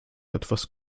etwas